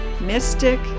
mystic